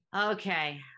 Okay